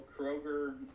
Kroger